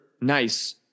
nice